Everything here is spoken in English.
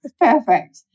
Perfect